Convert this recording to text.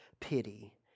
pity